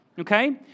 Okay